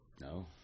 No